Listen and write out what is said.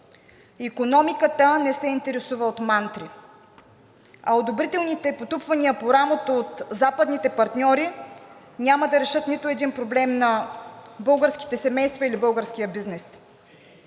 Икономиката не се интересува от мантри, а одобрителните потупвания по рамото от западните партньори няма да решат нито един проблем на българските семейства или българския бизнес.